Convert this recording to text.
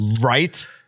Right